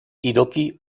hiroki